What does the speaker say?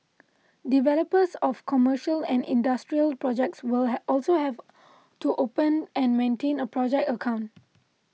developers of commercial and industrial projects will also have to open and maintain a project account